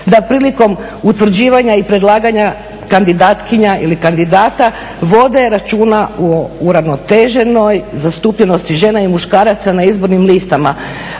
da prilikom utvrđivanja i predlaganja kandidatkinja ili kandidata vode računa o uravnoteženoj zastupljenosti žena i muškaraca na izbornim listama.